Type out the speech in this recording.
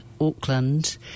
Auckland